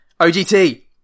OGT